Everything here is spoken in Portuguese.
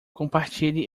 compartilhe